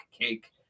cake